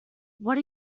what